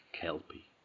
kelpie